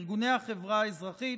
לארגוני החברה האזרחית.